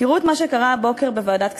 תראו את מה שקרה הבוקר בוועדת הכספים: